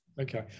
okay